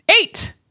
eight